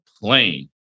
plane